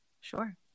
Sure